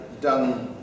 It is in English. done